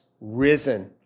risen